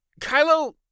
Kylo